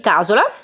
Casola